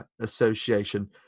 association